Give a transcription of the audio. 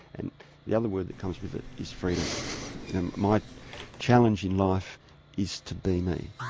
and the other word that comes with it is freedom, and my challenge in life is to be me,